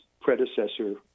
predecessor